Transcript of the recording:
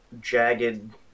jagged